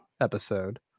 Episode